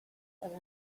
and